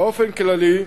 באופן כללי,